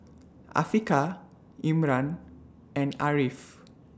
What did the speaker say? Afiqah Imran and Ariff